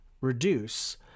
Reduce